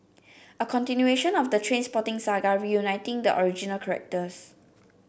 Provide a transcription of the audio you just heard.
a continuation of the Trainspotting saga reuniting the original characters